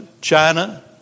China